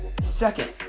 Second